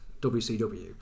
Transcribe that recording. WCW